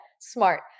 Smart